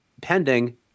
pending